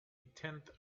tenth